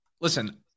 listen